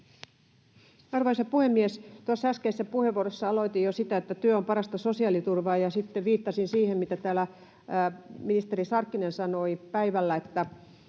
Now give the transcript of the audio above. Arvoisa puhemies! Tuossa äskeisessä puheenvuorossa aloitin jo sitä, että työ on parasta sosiaaliturvaa, ja sitten viittasin siihen, mitä täällä ministeri Sarkkinen sanoi päivällä,